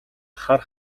хар